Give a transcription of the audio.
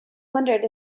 wondered